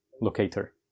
locator